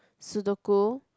Sudoku